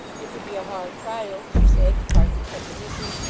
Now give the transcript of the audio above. it would be a hard trial, she said, to part from such a missis,